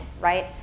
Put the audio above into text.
right